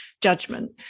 judgment